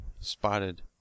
spotted